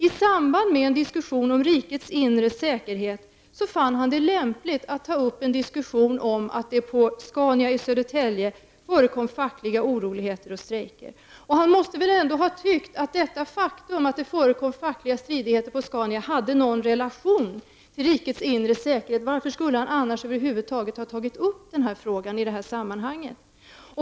I samband med en diskussion om rikets inre säkerhet fann han det lämpligt att ta upp en diskussion om att det förekom fackliga oroligheter och strejker på Scania i Södertälje. Han måste väl ändå ha tyckt att det faktum att det förekom fackliga stridigheter på Scania hade någon relation till rikets inre säkerhet. Varför skulle han annars över huvud taget ta upp denna fråga i det sammanhanget?